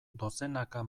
dozenaka